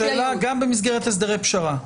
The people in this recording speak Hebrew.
זאת השאלה גם במסגרת הסדרי פשרה?